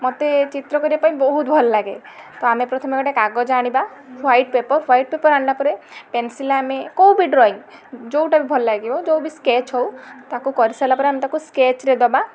ମତେ ଚିତ୍ର କରିବା ପାଇଁ ବହୁତ ଭଲ ଲାଗେ ତ ଆମେ ପ୍ରଥମେ ଗୋଟେ କାଗଜ ଆଣିବା ହ୍ୱାଇଟ ପେପର ହ୍ୱାଇଟ ପେପର ଆଣିଲା ପରେ ପେନସିଲ ଆମେ କେଉଁ ବି ଡ୍ରଇଂ ଯେଉଁଟା ବି ଭଲ ଲାଗିବ ଯେଉଁ ବି ସ୍କେଚ ହଉ ତାକୁ କରି ସାରିଲା ପରେ ଆମେ ତାକୁ ସ୍କେଚରେ ଦବା